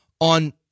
on